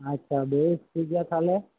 ᱟᱪᱪᱷᱟ ᱵᱮᱥ ᱴᱷᱤᱠ ᱜᱮᱭᱟ ᱛᱟᱦᱚᱞᱮ